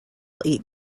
eat